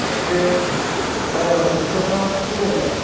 माथो माइयालाय खोथियाफ्रा फोबाय नामा